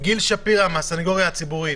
גיל שפירא מהסנגוריה הציבורית.